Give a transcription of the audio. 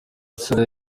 salah